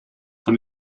von